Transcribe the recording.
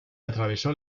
atravesó